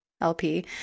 LP